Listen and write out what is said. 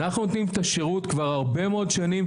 אנחנו נותנים אתה שרות כבר הרבה מאוד שנים.